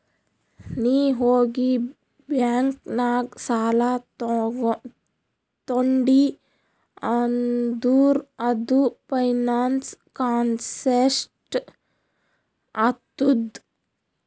ನೀ ಹೋಗಿ ಬ್ಯಾಂಕ್ ನಾಗ್ ಸಾಲ ತೊಂಡಿ ಅಂದುರ್ ಅದು ಫೈನಾನ್ಸ್ ಕಾನ್ಸೆಪ್ಟ್ ಆತ್ತುದ್